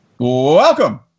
Welcome